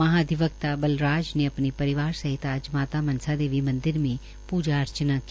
महाधिवक्ता बलराज ने अपने परिवार सति माता मनसा देवी मंदिर में प्जा अर्चना की